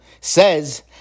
says